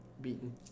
beaten